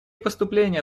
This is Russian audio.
поступления